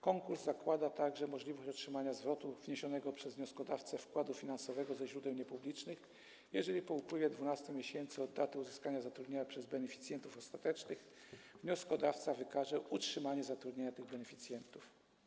Konkurs zakłada także możliwość otrzymania zwrotu wniesionego przez wnioskodawcę wkładu finansowego ze źródeł niepublicznych, jeżeli po upływie 12 miesięcy od daty uzyskania zatrudnienia przez beneficjentów ostatecznych wnioskodawca wykaże utrzymanie zatrudnienia tych beneficjentów.